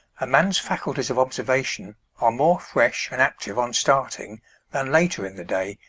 a man's faculties of observation are more fresh and active on starting than later in the day,